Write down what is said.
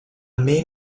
main